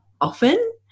often